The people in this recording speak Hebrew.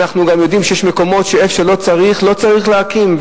אנחנו גם יודעים שיש מקומות שלא צריך להקים,